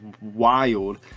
wild